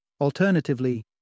Alternatively